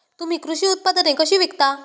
तुम्ही कृषी उत्पादने कशी विकता?